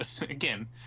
again